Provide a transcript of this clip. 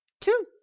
two